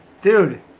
Dude